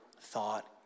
thought